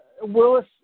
Willis